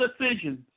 decisions